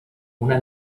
una